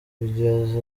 bigeze